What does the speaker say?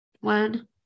one